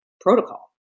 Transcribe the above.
protocol